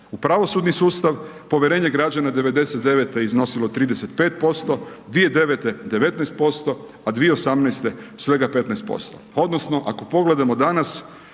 U pravosudni sustav, povjerenje građana '99. iznosilo je 35%, 2009. 19%, a 2018. 15%.